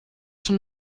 schon